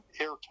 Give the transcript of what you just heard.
airtime